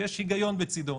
שיש היגיון בצדו.